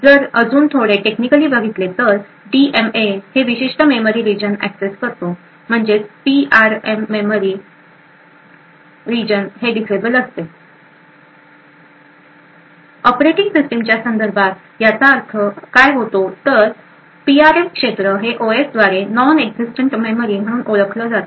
जर अजून थोडे टेक्निकली बघितले तर डी एम ए हे विशिष्ट मेमरी रिजन एक्सेस करतो म्हणजेच पीआरएम मेमरी रिजन हे डिसेबल असते ऑपरेटिंग सिस्टमच्या संदर्भात याचा अर्थ काय होतो तर पीआरएम क्षेत्र हे ओएस द्वारे नॉन एक्झिस्टंट मेमरी म्हणून ओळखला जाते